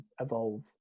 evolve